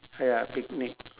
ya picnic